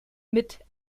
mit